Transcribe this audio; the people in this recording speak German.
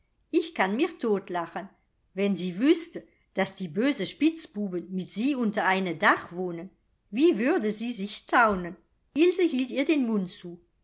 ich kann mir totlachen wenn sie wüßte daß die böse spitzbuben mit sie unter eine dach wohnen wie würde sie sich staunen ilse hielt ihr den mund zu